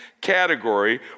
category